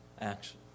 action